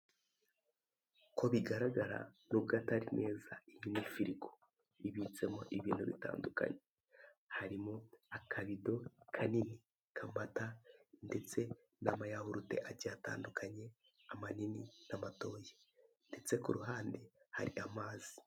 Uko bigaragara nubwo atari neza iyi ni firigo ibitsemo ibintu bitandukanye, harimo akabido kanini k'amata ndetse n'amayahurute agiye atandukanye amanini n'amatoya ndetse ku ruhande hari amazi.